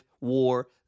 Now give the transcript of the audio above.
War